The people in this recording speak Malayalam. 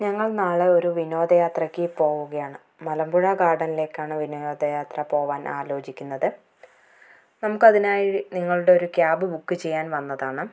ഞങ്ങൾ നാളെ ഒരു വിനോദ യാത്രയ്ക്ക് പോവുകയാണ് മലമ്പുഴ ഗാർഡനിലേക്കാണ് വിനോദയാത്ര പോകാൻ ആലോചിക്കുന്നത് നമുക്ക് അതിനായി നിങ്ങളുടെ ഒരു ക്യാബ് ബുക്ക് ചെയ്യാൻ വന്നതാണ്